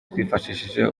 twifashishije